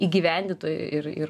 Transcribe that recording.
įgyvendintojai ir ir